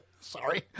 Sorry